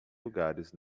lugares